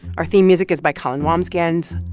our theme music is by colin wambsgans.